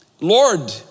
Lord